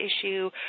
issue